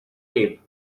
tape